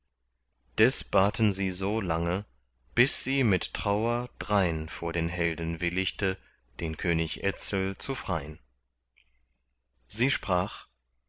des baten sie so lange bis sie mit trauer drein vor den helden willigte den könig etzel zu frein sie sprach